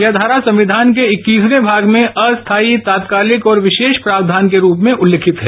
यह धारा संविधान के इक्कीसवें भाग में अस्थायी तात्कालिक और विशेष प्रावधान के रूप में उल्लेखित है